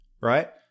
right